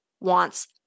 wants